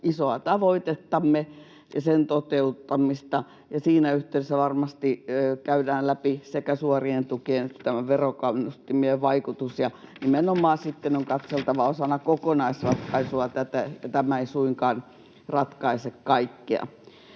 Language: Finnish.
isoa tavoitettamme ja sen toteuttamista, ja siinä yhteydessä varmasti käydään läpi sekä suorien tukien että verokannustimien vaikutus. Nimenomaan sitten on katseltava tätä osana kokonaisratkaisua, tämä ei suinkaan ratkaise kaikkea.